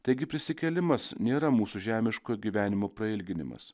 taigi prisikėlimas nėra mūsų žemiškojo gyvenimo prailginimas